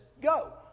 go